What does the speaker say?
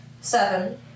seven